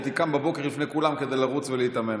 הייתי קם בבוקר לפני כולם כדי לרוץ ולהתאמן.